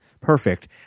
perfect